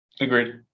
Agreed